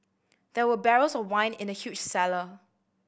there were barrels of wine in the huge cellar